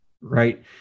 Right